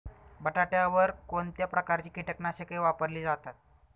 बटाट्यावर कोणत्या प्रकारची कीटकनाशके वापरली जातात?